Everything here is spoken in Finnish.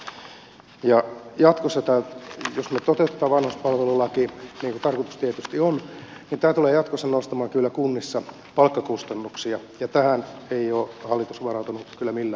jos me toteutamme vanhuspalvelulain niin kuin tarkoitus tietysti on niin tämä tulee jatkossa nostamaan kyllä kunnissa palkkakustannuksia ja tähän ei ole hallitus kyllä varautunut millään tavalla